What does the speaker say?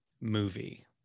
movie